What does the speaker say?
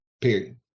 period